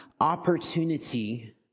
opportunity